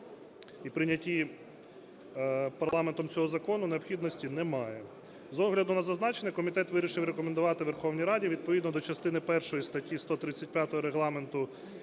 і прийнятті парламентом цього закону необхідності немає. З огляду на зазначене комітет вирішив рекомендувати Верховній Раді відповідно до частини першої статті 135 Регламенту